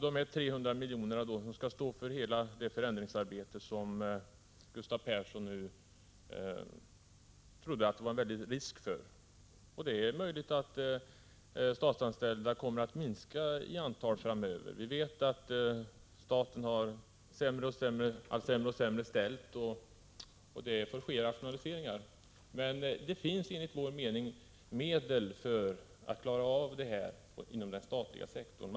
Dessa 300 miljoner skall alltså täcka kostnaderna för hela det förändringsarbete som enligt Gustav Persson skulle kunna äventyras utan dessa medel. Det är möjligt att de statsanställda kommer att minska i antal framöver. Vi vet att staten får det allt sämre ställt och att man måste genomföra rationaliseringar. Men det finns enligt vår mening medel för att klara av detta inom den statliga sektorn.